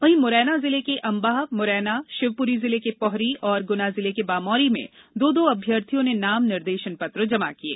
वहीं मुरैना जिले के अम्बाह मुरैना शिवपुरी जिले के पोहरी और गुना जिले के बमौरी में दो दो अभ्यर्थियों ने नामनिर्देशन पत्र जमा किये